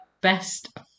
best